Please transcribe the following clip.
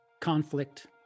conflict